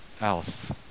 else